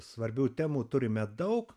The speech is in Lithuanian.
svarbių temų turime daug